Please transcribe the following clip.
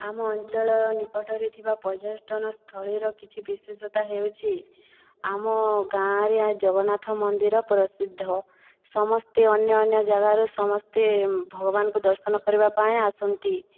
ଆମ ଅଞ୍ଚଳରେ ନିକଟରେ ଥିବା ପର୍ଯ୍ୟଟନସ୍ଥଳୀର କିଛି ବିଶେଷତ୍ଵ ହେଉଛି ଆମ ଗାଁରେ ଜଗନ୍ନାଥ ମନ୍ଦିର ପ୍ରସିଦ୍ଧ ସମସ୍ତେ ଅନ୍ୟ ଅନ୍ୟ ଜାଗାରୁ ସମସ୍ତେ ଭଗବାନଙ୍କୁ ଦର୍ଶନ କରିବା ପାଇଁ ଆସନ୍ତି